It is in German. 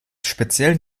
speziellen